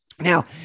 Now